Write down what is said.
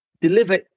deliver